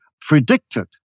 predicted